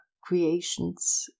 creations